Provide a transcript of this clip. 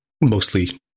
mostly